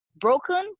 broken